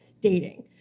dating